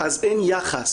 אז אין יחס.